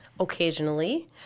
occasionally